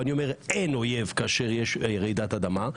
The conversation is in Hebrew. ואני אומר: אין אויב כאשר יש רעידת אדמה,